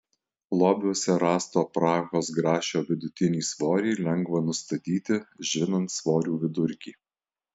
lobiuose rasto prahos grašio vidutinį svorį lengva nustatyti žinant svorių vidurkį